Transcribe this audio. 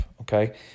okay